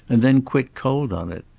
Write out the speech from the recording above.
and then quit cold on it.